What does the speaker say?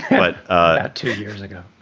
but ah two years ago.